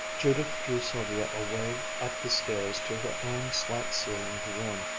judith drew sylvia away up the stairs to her own slant-ceilinged room,